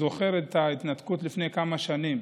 זוכר את ההתנתקות לפני כמה שנים,